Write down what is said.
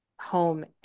Home